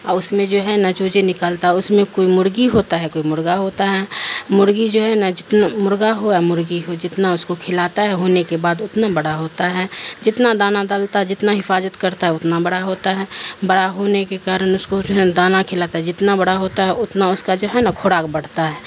اور اس میں جو ہے نہ جوجے نکلتا ہے اس میں کوئی مرغی ہوتا ہے کوئی مرغا ہوتا ہے مرغی جو ہے نہا جتنا مرغا ہو ہے مرغی ہو جتنا اس کو کھلاتا ہے ہونے کے بع اتنا بڑا ہوتا ہے جتنا دانہ ڈالتا ہے جتنا حفاظت کرتا ہے اتنا بڑا ہوتا ہے بڑا ہونے کے کارن اس کو جو ہے دانا کھلاتا ہے جتنا بڑا ہوتا ہے اتنا اس کا جو ہے نہا کھوراک بڑھتا ہے